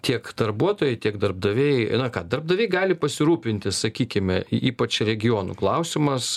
tiek darbuotojai tiek darbdaviai na ką darbdaviai gali pasirūpinti sakykime ypač regionų klausimas